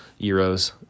Euros